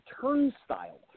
turnstile